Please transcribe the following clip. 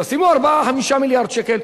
תשימו 4 5 מיליארד שקלים,